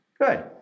Good